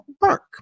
work